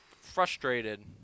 frustrated